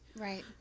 Right